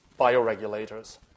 bioregulators